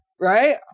Right